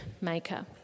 maker